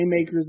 playmakers